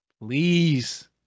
please